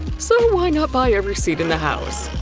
so why not buy every seat in the house?